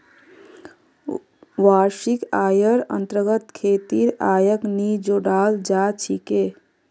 वार्षिक आइर अन्तर्गत खेतीर आइक नी जोडाल जा छेक